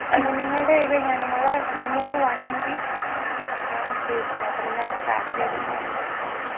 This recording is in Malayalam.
ഓക്കേ നിങ്ങളുടെ ഇത് ഞങ്ങൾ ഞങ്ങളൊരു വൺ വീക്ക് ഇതാണ് ഉദ്ദേശിക്കുന്നത് അപ്പോൾ നിങ്ങൾക്ക് പാക്കേജും കാര്യങ്ങളൊക്കെ